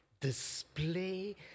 display